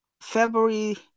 February